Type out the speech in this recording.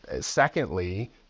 secondly